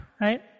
right